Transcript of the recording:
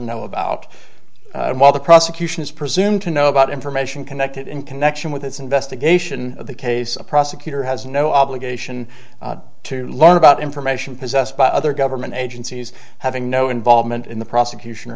know about why the prosecution is presumed to know about information connected in connection with its investigation of the case a prosecutor has no obligation to learn about information possessed by other government agencies having no involvement in the prosecution or